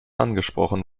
angesprochen